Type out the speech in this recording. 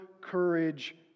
courage